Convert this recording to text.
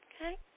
Okay